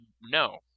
no